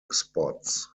spots